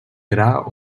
gra